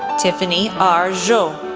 tiffany r. zhou.